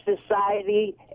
society